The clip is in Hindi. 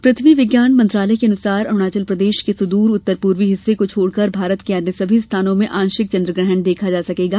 पृथ्वी विज्ञान मंत्रालय के अनुसार अरुणाचल प्रदेश के सुदूर उत्तर पूर्वी हिस्से को छोड़कर भारत के अन्य सभी स्थानों से आंशिक चन्द्रग्रहण देखा जा सकेगा